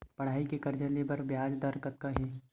पढ़ई के कर्जा ले बर ब्याज दर कतका हे?